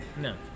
No